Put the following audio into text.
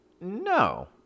No